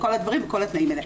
כל הדברים וכל התנאים האלה.